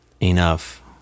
enough